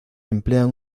emplean